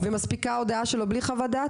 ומספיקה עוד דעה שלו בלי חוות דעת?